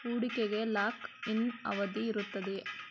ಹೂಡಿಕೆಗೆ lock in ಅವಧಿ ಇರುತ್ತದೆಯೇ?